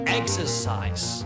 exercise